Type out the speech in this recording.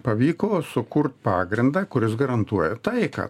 pavyko sukurt pagrindą kuris garantuoja taiką